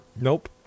Nope